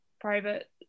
private